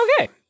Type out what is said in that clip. Okay